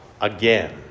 again